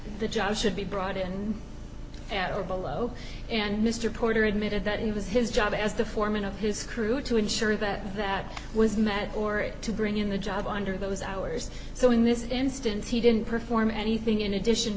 the job should be brought in at or below and mr porter admitted that it was his job as the foreman of his crew to ensure that that was mad or it to bring in the job under those hours so in this instance he didn't perform anything in addition